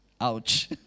Ouch